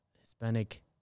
Hispanic